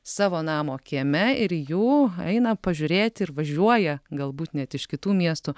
savo namo kieme ir jų eina pažiūrėti ir važiuoja galbūt net iš kitų miestų